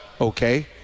okay